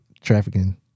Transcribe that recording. trafficking